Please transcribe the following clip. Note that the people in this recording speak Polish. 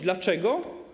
Dlaczego?